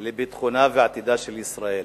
הערובה לביטחונה ועתידה של ישראל.